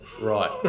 Right